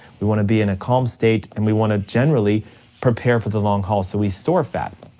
we wanna be in a calm state, and we wanna generally prepare for the long haul so we store fat.